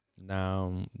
now